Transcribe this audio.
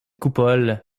coupole